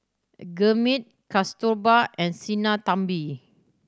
Gurmeet Kasturba and Sinnathamby